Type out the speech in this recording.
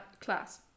class